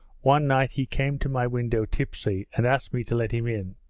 one night he came to my window tipsy, and asked me to let him in